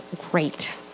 great